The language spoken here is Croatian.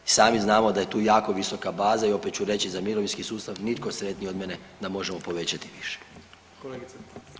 I sami znamo da je tu jako visoka baza i opet ću reći za mirovinski sustav nitko sretniji od mene da možemo povećati više.